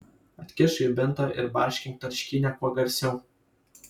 atkišk žibintą ir barškink tarškynę kuo garsiau